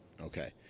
okay